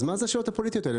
אז מה השאלות הפוליטיות האלה?